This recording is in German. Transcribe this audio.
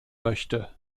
möchte